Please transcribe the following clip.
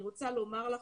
אני רוצה לומר לך